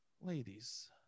ladies